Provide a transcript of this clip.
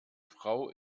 frau